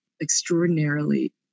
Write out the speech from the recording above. extraordinarily